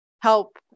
help